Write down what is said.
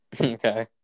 Okay